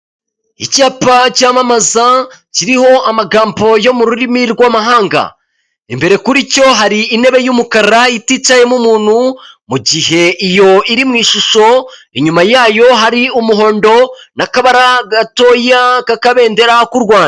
Icyapa cyamamaza kiriho amagambo yo mu rurimi rw'amahanga .Imbere kuri cyo hari intebe y'umukara iticayemo umuntu mu gihe iyo iri mu ishusho inyuma yayo hari umuhondo n'akaba gatoya ka kabendera k'u Rwanda.